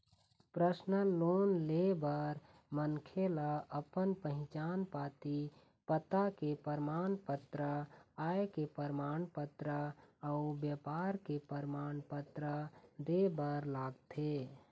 personal loan ले बर मनखे ल अपन पहिचान पाती, पता के परमान पत्र, आय के परमान पत्र अउ बेपार के परमान पत्र दे बर लागथे